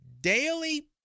Daily